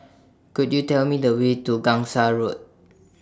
Could YOU Tell Me The Way to Gangsa Road